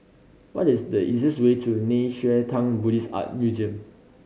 what is the easiest way to Nei Xue Tang Buddhist Art Museum